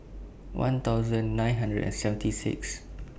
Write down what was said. one thousand nine hundred and seventy Sixth